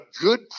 good